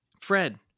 Fred